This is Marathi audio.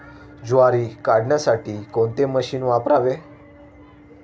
ज्वारी काढण्यासाठी कोणते मशीन वापरावे?